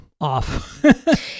off